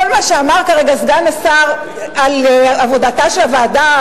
כל מה שאמר כרגע סגן השר על עבודתה של הוועדה,